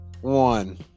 one